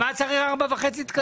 למה צריך 4.5 תקנים?